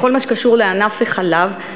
בכל מה שקשור לענף החלב,